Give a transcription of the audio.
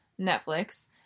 Netflix